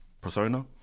persona